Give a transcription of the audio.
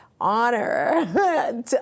honor